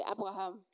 Abraham